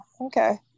okay